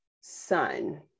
son